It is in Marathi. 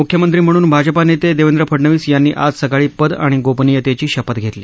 मुख्यमंत्री म्हणून भाजपा नेते देवेंद्र फडणवीस यांनी आज सकाळी पद आणि गोपनियेतेची शपथ घेतली